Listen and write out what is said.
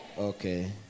Okay